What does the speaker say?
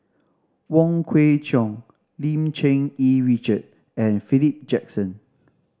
Wong Kwei Cheong Lim Cherng Yih Richard and Philip Jackson